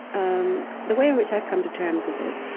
um the way in which i've come to terms with it